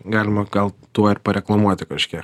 galima gal tuo ir pareklamuoti kažkiek